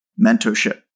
mentorship